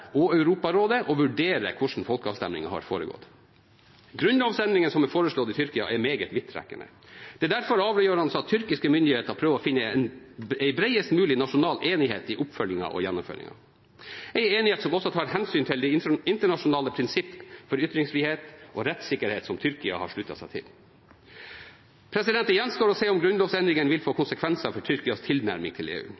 Europarådet å vurdere hvordan folkeavstemningen har foregått. Grunnlovsendringene som er foreslått i Tyrkia, er meget vidtrekkende. Det er derfor avgjørende at tyrkiske myndigheter prøver å finne en bredest mulige nasjonal enighet i oppfølgingen og gjennomføringen, en enighet som også tar hensyn til de internasjonale prinsipper for ytringsfrihet og rettssikkerhet som Tyrkia har sluttet seg til. Det gjenstår å se om grunnlovsendringene vil få